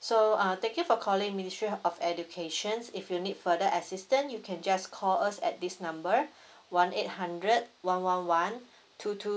so uh thank you for calling ministry of educations if you need further assistant you can just call us at this number one eight hundred one one one two two